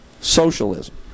socialism